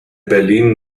berlin